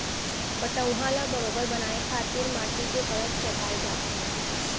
पटउहॉं ल बरोबर बनाए खातिर माटी के परत चघाए जाथे